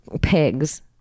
pigs